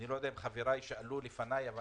אני לא יודע אם חבריי שאלו לפניי אבל